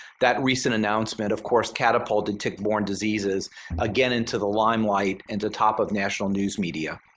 that recent announcement of course catapulted tick-borne diseases again into the limelight and to top of national news media.